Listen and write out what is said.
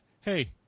Hey